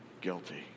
guilty